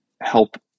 help